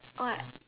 what